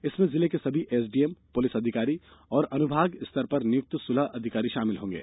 इसमें जिले के सभी एसडीएम पुलिस अधिकारी और अनुभाग स्तर पर नियुक्त सुलह अधिकारी शामिल होंगे